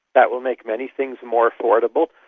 that will make many things more affordable.